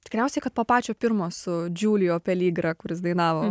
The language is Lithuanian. tikriausiai kad po pačio pirmo su džiulio peligra kuris dainavo